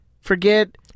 Forget